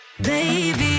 baby